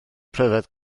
pryfed